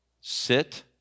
Sit